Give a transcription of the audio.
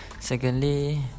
secondly